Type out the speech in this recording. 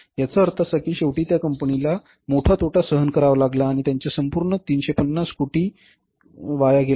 याचा अर्थ असा की शेवटी त्या कंपनीला तोटा मोठा तोटा सहन करावा लागला आणि त्यांचे संपूर्ण 350 कोटी नाल्यात खाली गेले